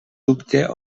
dubte